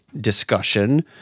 discussion